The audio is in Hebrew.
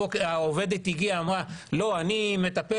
זה לא שהעובדת הגיעה בבוקר ואמרה: לא אני מטפלת